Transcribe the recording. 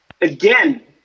again